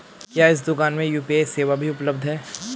क्या इस दूकान में यू.पी.आई सेवा भी उपलब्ध है?